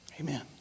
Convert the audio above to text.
Amen